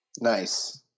Nice